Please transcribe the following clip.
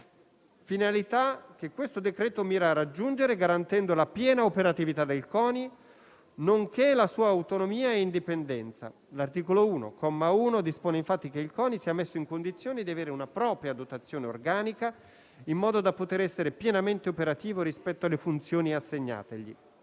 Questo decreto-legge mira a raggiungere tale finalità, garantendo la piena operatività del CONI, nonché la sua autonomia e indipendenza. L'articolo 1, comma 1, dispone infatti che il CONI sia messo in condizioni di avere una propria dotazione organica, in modo da essere pienamente operativo rispetto alle funzioni assegnategli.